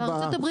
בארצות הברית,